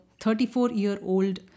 34-year-old